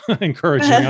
encouraging